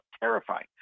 terrifying